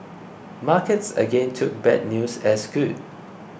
markets again took bad news as good